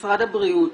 משרד הבריאות,